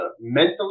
mentally